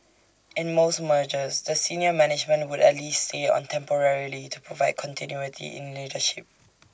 in most mergers the senior management would at least stay on temporarily to provide continuity in leadership